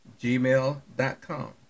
gmail.com